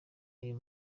ayo